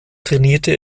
trainierte